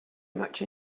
much